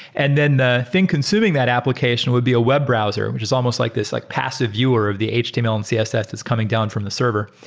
and then the thing consuming that application would be a web browser, which is almost like this like passive viewer of the html and css that's coming down from the server.